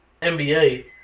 NBA